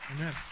amen